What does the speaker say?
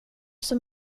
som